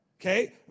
Okay